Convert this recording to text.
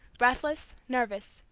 breathless, nervous,